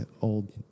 old